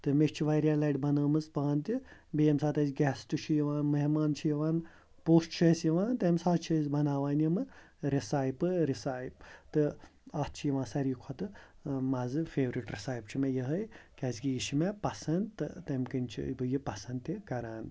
تہٕ مےٚ چھِ واریاہ لَٹہِ بنٲومٕژ پانہٕ تہِ بیٚیہِ ییٚمہِ ساتہٕ اَسہِ گٮ۪سٹ چھِ یِوان مہمان چھِ یِوان پوٚژھ چھِ اَسہِ یِوان تَمہِ ساتہٕ چھِ أسۍ بناوان یِمہٕ رِسایپہٕ رِسایپ تہٕ اَتھ چھِ یِوان ساروی کھۄتہٕ مَزٕ فیورِٹ رِسایِپ چھِ مےٚ یِہٕے کیٛازِکہِ یہِ چھِ مےٚ پسنٛد تہٕ تَمہِ کِنۍ چھِ بہٕ یہِ پسنٛد تہِ کران